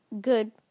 good